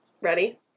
Ready